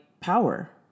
power